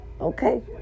okay